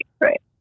Right